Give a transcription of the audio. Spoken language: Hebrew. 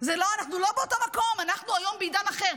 אנחנו לא באותו מקום, אנחנו היום בעידן אחר.